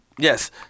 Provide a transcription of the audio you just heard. Yes